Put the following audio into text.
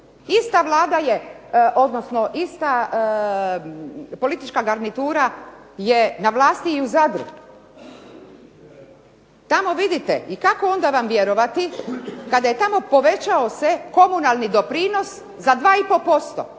stanovi? Ista politička garnitura je na vlasti i u Zadru. Tamo vidite. I kako onda vjerovati kada je tamo povećao se komunalni doprinos za 2,5%,